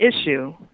issue